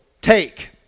take